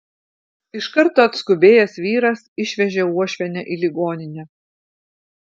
iš karto atskubėjęs vyras išvežė uošvienę į ligoninę